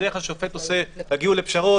בדרך כלל השופט עושה תגיעו לפשרות.